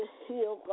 heal